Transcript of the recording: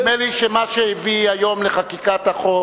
נדמה לי שמה שהביא היום לחקיקת החוק